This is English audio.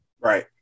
Right